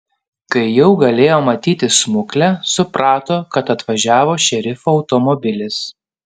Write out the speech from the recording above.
kai jau galėjo matyti smuklę suprato kad atvažiavo šerifo automobilis